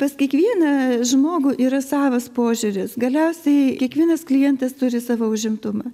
pas kiekvieną žmogų yra savas požiūris galiausiai kiekvienas klientas turi savo užimtumą